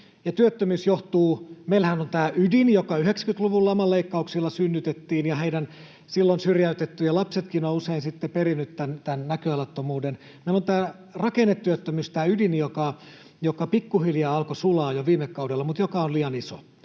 Työttömyydessähän meillä on tämä ydin, joka 90-luvun laman leikkauksilla synnytettiin, ja heidän silloin syrjäytettyjen lapsetkin ovat usein sitten perineet tämän näköalattomuuden. Meillä on tämä rakennetyöttömyys, tämä ydin, joka pikkuhiljaa alkoi sulaa jo viime kaudella mutta joka on liian iso.